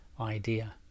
idea